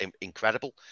incredible